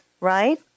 Right